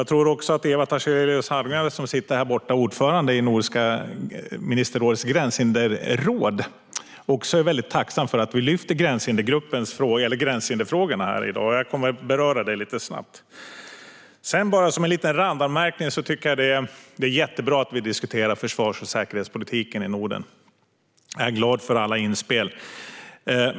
Jag tror även att Eva Tarselius Hallgren, ordförande i Nordiska ministerrådets gränshinderråd, också är tacksam för att vi lyfter upp gränshinderfrågorna i dag. Jag kommer att beröra dem lite snabbt. Låt mig göra en liten randanmärkning. Det är jättebra att vi diskuterar försvars och säkerhetspolitiken i Norden. Jag är glad för alla inspel.